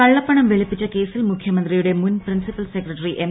കള്ളപ്പണം വെളുപ്പിച്ച കേസിൽ മുഖ്യമന്ത്രിയുടെ മുൻ പ്രിൻസിപ്പൽ സെക്രട്ടറി എം